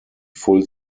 full